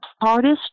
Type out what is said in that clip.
hardest